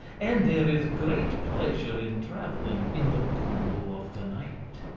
and there is great pleasure in travelling in the cool of the night.